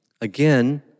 Again